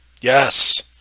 yes